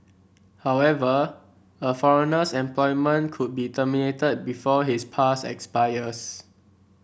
however a foreigner's employment could be terminated before his pass expires